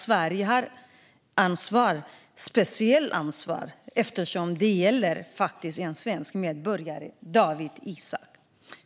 Sverige har ett speciellt ansvar här eftersom det gäller den svenske medborgaren Dawit Isaak.